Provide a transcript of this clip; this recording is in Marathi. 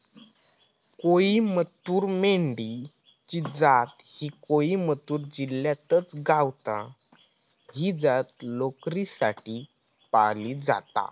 कोईमतूर मेंढी ची जात ही कोईमतूर जिल्ह्यातच गावता, ही जात लोकरीसाठी पाळली जाता